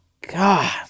God